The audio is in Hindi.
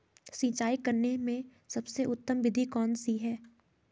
सिंचाई करने में सबसे उत्तम विधि कौन सी है?